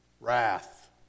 wrath